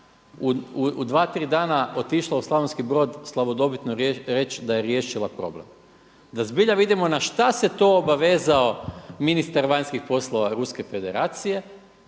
u dva, tri dana otišla u Slavonski Brod slavodobitno reći da je riješila problem, da zbilja vidimo na šta se to obavezao ministar vanjskih poslova Ruske Federacije